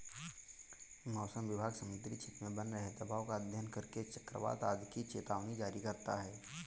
मौसम विभाग समुद्री क्षेत्र में बन रहे दबाव का अध्ययन करके चक्रवात आदि की चेतावनी जारी करता है